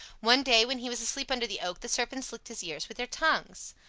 one day when he was asleep under the oak the serpents licked his ears with their tongues.